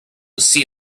see